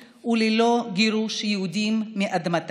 ללא הריסת בתים וללא גירוש יהודים מאדמתם.